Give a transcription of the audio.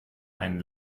einen